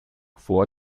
vor